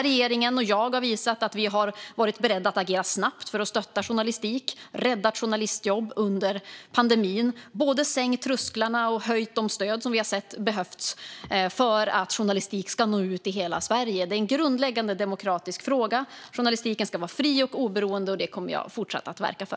Regeringen och jag har visat att vi har varit beredda att agera snabbt för att stötta journalistik och rädda journalistjobb under pandemin både genom att sänka trösklarna och höja de stöd som vi har sett behövts för att journalistik ska nå ut i hela Sverige. Det är en grundläggande demokratisk fråga. Journalistiken ska vara fri och oberoende, och det kommer jag att fortsätta att verka för.